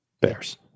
bears